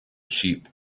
sheep